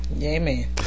Amen